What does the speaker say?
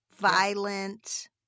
violent